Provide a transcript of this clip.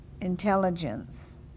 intelligence